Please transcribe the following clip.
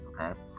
okay